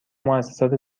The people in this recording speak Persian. موسسات